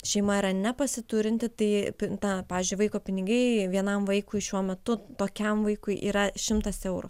šeima yra nepasiturinti tai pin ta pavyzdžiui vaiko pinigai vienam vaikui šiuo metu tokiam vaikui yra šimtas eurų